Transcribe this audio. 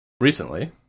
Recently